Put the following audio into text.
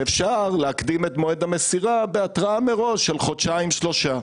שאפשר להקדים את מועד המסירה בהתראה מראש של חודשיים-שלושה.